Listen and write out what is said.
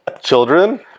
children